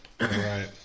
right